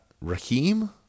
Raheem